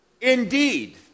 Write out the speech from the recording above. Indeed